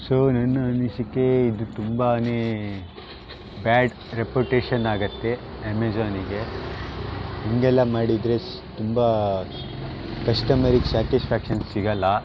so ನನ್ನ ಅನಿಸಿಕೆ ಇದು ತುಂಬಾ ಬ್ಯಾಡ್ ರೆಪುಟೇಶನ್ ಆಗುತ್ತೆ ಅಮೆಝಾನಿಗೆ ಹೀಗೆಲ್ಲ ಮಾಡಿದರೆ ಸ್ ತುಂಬ ಕಸ್ಟಮರಿಗೆ ಸ್ಯಾಟಿಸ್ಫ್ಯಾಕ್ಷನ್ ಸಿಗೋಲ್ಲ